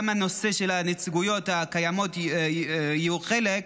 הנושא של הנציגויות הקיימות יהיה חלק.